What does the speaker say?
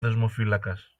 δεσμοφύλακας